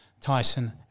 Tyson